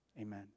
amen